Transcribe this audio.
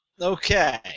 Okay